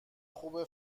خوبه